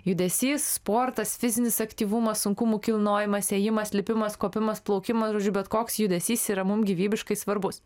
judesys sportas fizinis aktyvumas sunkumų kilnojimas ėjimas lipimas kopimas plaukimas žodžiu bet koks judesys yra mum gyvybiškai svarbus